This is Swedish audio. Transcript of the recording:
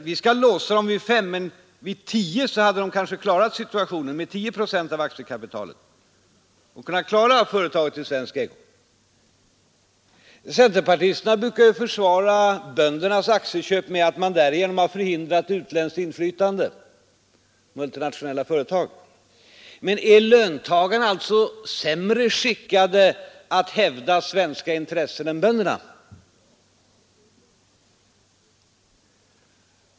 Vi låser dem vid 5 procent. Men med 10 procent av aktiekapitalet hade de kanske klarat att behålla företaget i svensk ägo. Centerpartisterna brukar försvara böndernas aktieköp med att man därigenom har förhindrat utländskt inflytande, multinationella företag. Är löntagarna alltså sämre skickade att hävda svenska intressen än bönderna?